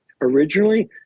originally